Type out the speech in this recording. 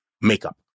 makeup